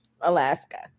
Alaska